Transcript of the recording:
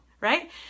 right